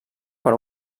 per